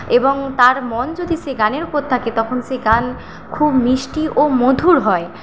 এবং তার মন যদি সেই গানের উপর থাকে তখন সেই গান খুব মিষ্টি ও মধুর হয়